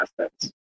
assets